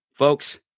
Folks